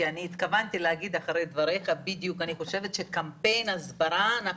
כי התכוונתי להגיד אחרי דבריך שאני חושבת שקמפיין הסברה הוא